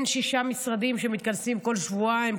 אין שישה משרדים שמתכנסים כל שבועיים,